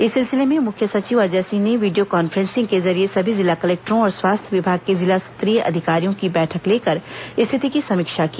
इस सिलसिले में मुख्य सचिव अजय सिंह ने वीडियो कॉफ्रेंसिंग के जरिये सभी जिला कलेक्टरों और स्वास्थ्य विभाग के जिला स्तरीय अधिकारियों की बैठक लेकर स्थिति की समीक्षा की